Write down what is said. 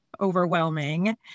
overwhelming